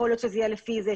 יכול להיות שזה יהיה לפי איזה